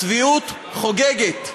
הצביעות חוגגת.